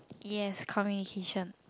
yes communication